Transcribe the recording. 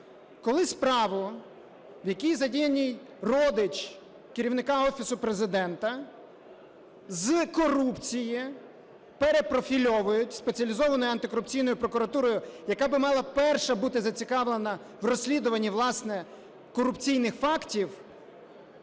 Коли справу, в якій задіяний родич Керівника Офісу Президента з корупції перепрофільовують Спеціалізованою антикорупційною прокуратурою, яка б мала перша бути зацікавлена в розслідуванні, власне, корупційних фактів,